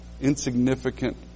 insignificant